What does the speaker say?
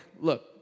look